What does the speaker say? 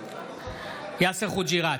יאסר חוג'יראת,